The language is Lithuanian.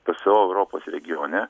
pso europos regione